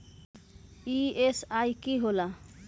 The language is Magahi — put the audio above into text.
ई.एम.आई की होला?